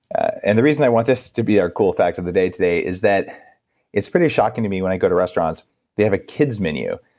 and the reason i want this to be our cool fact of the day today is that it's pretty shocking to me when i go to restaurants they have a kids menu.